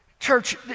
Church